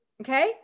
Okay